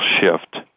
shift